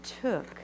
took